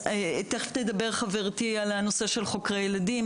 תיכף תדבר חברתי על הנושא של חוקרי ילדים.